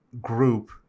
group